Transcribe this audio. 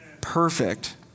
Perfect